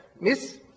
Miss